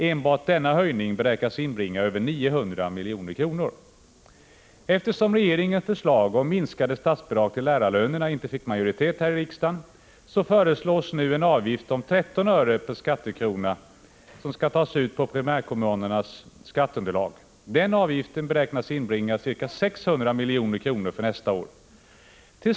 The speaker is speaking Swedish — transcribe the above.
Enbart denna höjning beräknas inbringa över 900 milj.kr. Eftersom regeringens förslag om minskade statsbidrag till lärarlönerna inte fick majoritet i riksdagen föreslås nu att en avgift om 13 öre per skattekrona tas ut på primärkommunernas skatteunderlag. Den avgiften beräknas inbringa ca 600 milj.kr. för nästa år.